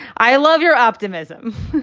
i love your optimism.